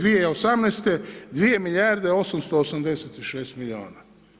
2018., 2 milijarde 886 milijuna.